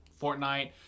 Fortnite